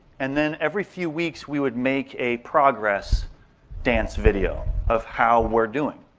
and then every few weeks we would make a progress dance video of how we're doing.